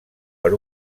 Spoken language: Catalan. per